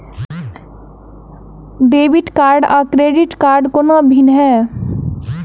Debit card आ credit कोना भिन्न है?